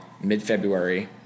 mid-February